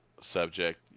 subject